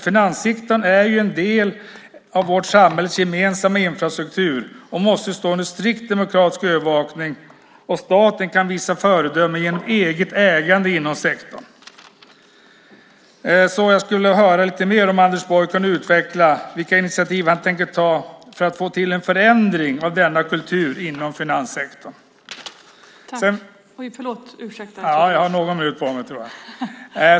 Finanssektorn är ju en del av vårt samhälles gemensamma infrastruktur och måste stå under strikt demokratisk övervakning. Staten kan visa föredöme genom eget ägande inom sektorn. Jag skulle vilja höra lite mer, om Anders Borg kunde utveckla vilka initiativ han tänker ta för att få till en förändring av denna kultur inom finanssektorn.